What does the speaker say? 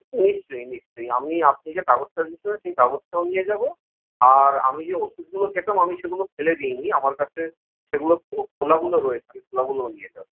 নিশ্চয়ই নিশ্চয়ই আমি আপনি যে কাগজটা দিয়েছিলেন সেই কাগজটাও নিয়ে যাব আর আমি যে ওষুধগুলো খেতাম আমি সেগুলো ফেলে দিইনি আমার কাছে সেগুলোর খোলাগুলো রয়েছে খোলাগুলোও নিয়ে যাব